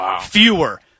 fewer